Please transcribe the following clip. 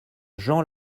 jean